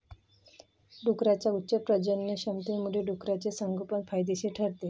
डुकरांच्या उच्च प्रजननक्षमतेमुळे डुकराचे संगोपन फायदेशीर ठरते